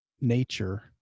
nature